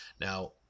Now